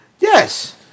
yes